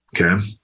Okay